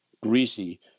greasy